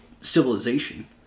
civilization